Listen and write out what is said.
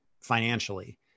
financially